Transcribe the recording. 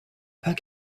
pas